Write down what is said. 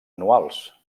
anuals